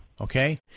okay